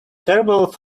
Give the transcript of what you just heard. terrible